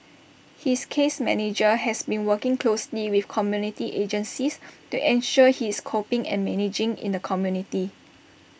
his case manager has been working closely with community agencies to ensure he is coping and managing in the community